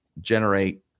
generate